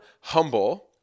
humble